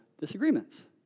disagreements